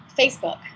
Facebook